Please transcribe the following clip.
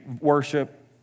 worship